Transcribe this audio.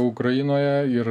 ukrainoje ir